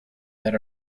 that